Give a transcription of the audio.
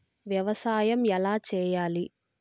వ్యవసాయం ఎలా చేయాలి?